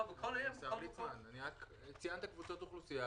פשוט ציינת קבוצות אוכלוסייה,